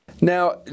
Now